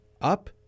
up